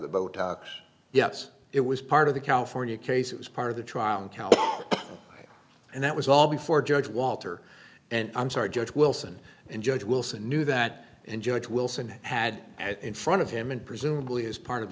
the boat yes it was part of the california case it was part of the trial and that was all before judge walter and i'm sorry judge wilson and judge wilson knew that and judge wilson had it in front of him and presumably is part of